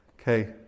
okay